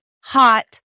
Hot